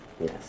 yes